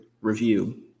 review